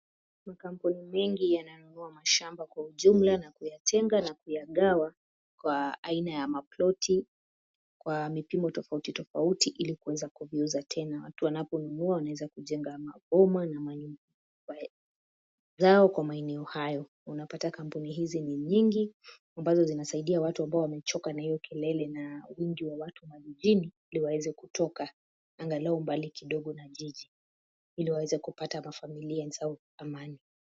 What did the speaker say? Makampuni mengi yananunua mashamba kwa ujumla na kuyatenga na kuyagawa kwa aina ya maploti, kwa vipimo tofauti tofauti ili kuweza kuviuza tena. Watu wanaponunua, wanaeza kujenga maboma na manyumba zao kwa maeneo hayo unapata kampuni hizi ni nyingi, ambazo zinasaidia watu ambao wamechoka na hiyo kelele na wingi wa watu mijini, ili waweze kutoka angalau mbali kidogo na jiji.